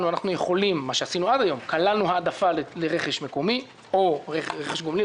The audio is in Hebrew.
אנחנו יכולים להעדיף מה שעשינו עד היום רכש מקומי או רכש גומלין.